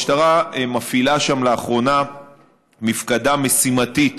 המשטרה מפעילה שם לאחרונה מפקדה משימתית,